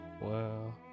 Wow